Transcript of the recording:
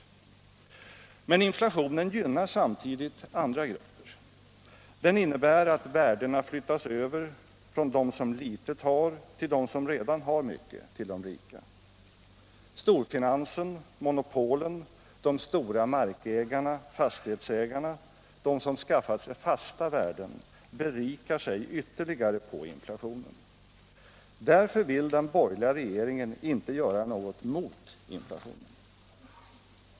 Men inflationen gynnar samtidigt andra grupper. Den innebär att värdena flyttas över från dem som litet har till dem som redan har mycket, till de rika. Storfinansen, monopolen, de stora markägarna, fastighetsägarna, de som skaffat sig fasta värden, berikar sig ytterligare på inflationen. Därför vill den borgerliga regeringen inte göra något mot inflationen.